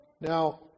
Now